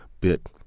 bit